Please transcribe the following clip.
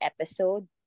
episode